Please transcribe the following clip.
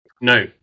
no